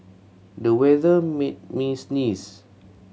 the weather made me sneeze